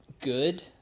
good